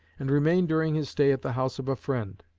and remained during his stay at the house of a friend.